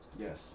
Yes